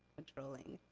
controlling.